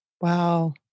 Wow